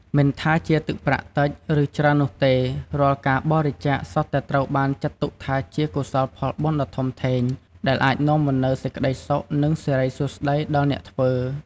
មិនថាជាទឹកប្រាក់តិច ឬច្រើននោះទេ រាល់ការបរិច្ចាគសុទ្ធតែត្រូវបានចាត់ទុកថាជាកុសលផលបុណ្យដ៏ធំធេង ដែលអាចនាំមកនូវសេចក្តីសុខ និងសិរីសួស្តីដល់អ្នកធ្វើ។